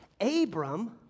Abram